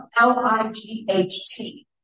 L-I-G-H-T